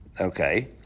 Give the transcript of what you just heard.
Okay